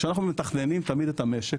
כשאנחנו מתכננים תמיד את המשק,